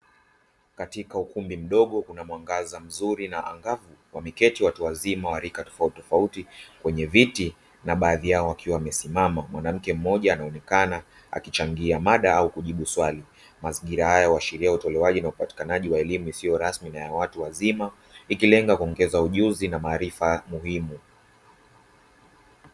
Katika ukumbi mdogo kuna mwangaza mzuri na angavu wameketi watu wazima na wa rika tofautitofauti kwenye viti na baadhi yao wakiwa wamesimama. Mwanamke mmoja anaonekana akichangia mada au kujibu swali ,mazingira haya huashiria utolewaji na upatikanaji wa elimu isiyo rasmi na ya watu wazima ikilenga kuongeza ujuzi na maarifa muhimu.